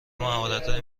مهارتهای